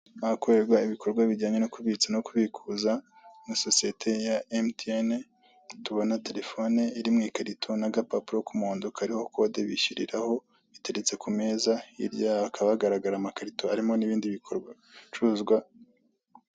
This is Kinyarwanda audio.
Ahakorerwa ibikorwa bijyanye no kubitsa no kubikuza na sosiyete ya emutiyene, tubona telefone iri mu ikarito n'agapapuro k'umuhondo kariho kode bishyuriraho, biteretse ku meza hirya yaho hakaba hagaragara amakarito arimo ibindi bikorwa bicuruzwa